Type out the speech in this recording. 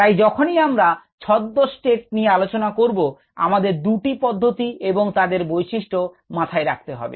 তাই যখনই আমরা ছদ্ম স্টেডি স্টেট সম্বন্ধে আলোচনা করব আমাদের দুটি পদ্ধতি এবং তাদের বৈশিষ্ট্য মাথায় রাখতে হবে